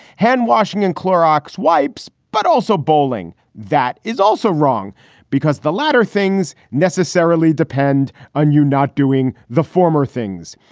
handwashing and clorox wipes, but also bowling. that is also wrong because the latter things necessarily depend on you not doing the former things.